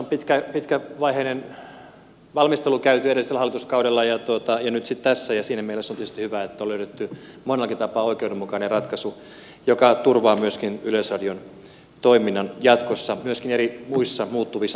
tässä on pitkävaiheinen valmistelu käyty edellisellä hallituskaudella ja nyt sitten tässä ja siinä mielessä on tietysti hyvä että on löydetty monellakin tapaa oikeudenmukainen ratkaisu joka turvaa yleisradion toiminnan jatkossa myöskin muissa muuttuvissa tilanteissa